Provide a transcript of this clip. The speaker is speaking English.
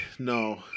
No